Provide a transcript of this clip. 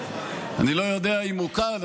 אני לא יודע אם הוא כאן.